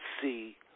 see